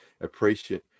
Appreciate